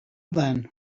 then